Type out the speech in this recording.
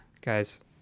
guys